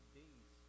days